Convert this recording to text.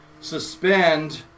suspend